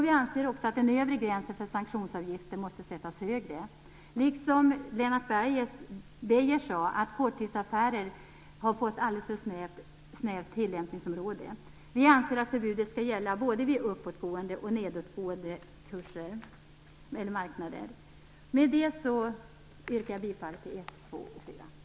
Vi anser också att den övre gränsen för sanktionsavgifter måste sättas högre och att, som Lennart Beijer sade, korttidsaffärer har fått alldeles för snävt tillämpningsområde. Vi anser att förbudet skall gälla både vid uppåtgående och nedåtgående marknader. Med det yrkar jag bifall till reservationerna 1, 2